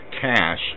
cash